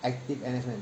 active N_S man